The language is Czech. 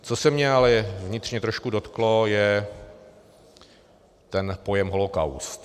Co se mě ale vnitřně trošku dotklo, je ten pojem holocaust.